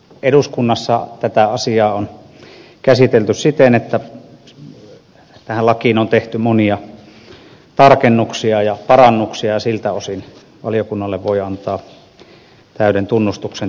eduskunnassa tätä asiaa on käsitelty siten että tähän lakiin on tehty monia tarkennuksia ja parannuksia ja siltä osin valiokunnalle voi antaa täyden tunnustuksen työstä